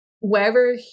Wherever